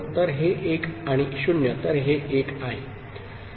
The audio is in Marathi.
तर 1 आणि 0 तर हे1 आहे